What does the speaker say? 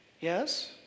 Yes